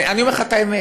אני אומר לך את האמת,